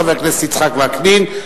חבר הכנסת יצחק וקנין,